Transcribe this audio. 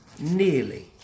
nearly